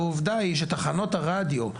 העובדה היא שתחנות הרדיו,